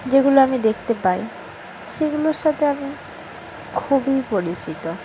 যেগুলো আমি দেখতে পাই সেগুলোর সাথে আমি খুবই পরিচিত